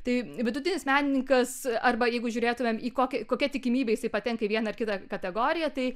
tai vidutinis menininkas arba jeigu žiūrėtumėm į kokį kokia tikimybė jisai patenka į vieną ar kitą kategoriją tai